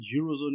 Eurozone